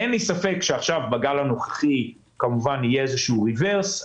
אין לי ספק שבגל הנוכחי יהיה כמובן איזשהו רברס.